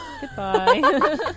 goodbye